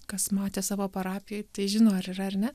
kas matė savo parapijoj tai žino ar yra ar ne